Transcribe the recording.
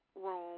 room